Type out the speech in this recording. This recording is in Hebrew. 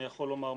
אני יכול לומר,